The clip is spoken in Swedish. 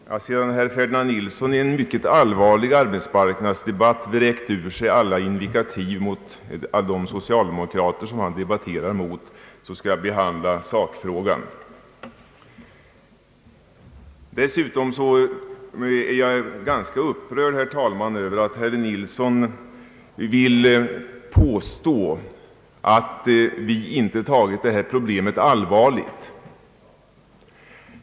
Herr talman! Sedan herr Ferdinand Nilsson i en mycket allvarlig arbetsmarknadsdebatt vräkt ur sig alla invektiv mot de socialdemokrater han debatterar med, skall jag behandla sakfrågan. Dessutom är jag, herr talman, ganska upprörd över att herr Nilsson vill påstå att vi inte tagit detta problem allvarligt.